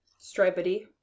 stripedy